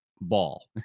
ball